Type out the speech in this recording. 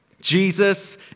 Jesus